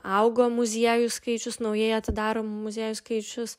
augo muziejų skaičius naujai atidaromų muziejų skaičius